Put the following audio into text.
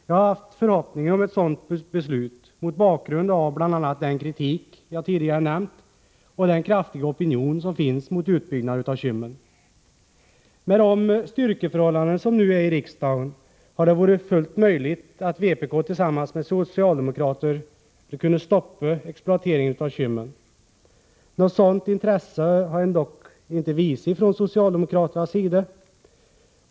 Jag har haft förhoppningar om ett sådant beslut mot bakgrund av bl.a. den kritik jag tidigare nämnt och den kraftiga opinion som finns mot utbyggnad av Kymmen. Med de styrkeförhållanden som nu finns i riksdagen hade det varit fullt möjligt för vpk och socialdemokraterna att tillsammans stoppa exploateringen av Kymmen. Något sådant intresse har socialdemokraterna dock inte visat.